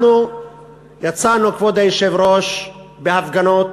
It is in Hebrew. אנחנו יצאנו, כבוד היושב-ראש, בהפגנות,